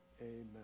amen